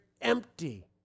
empty